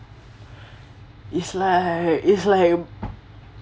is like is like